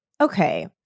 Okay